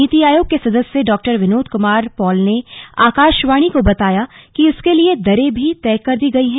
नीति आयोग के सदस्य डॉ विनोद कुमार पॉल ने आकाशवाणी को बताया कि इसके लिए दरें भी तय कर दी गई हैं